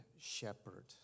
Shepherd